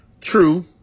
True